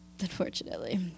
unfortunately